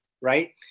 right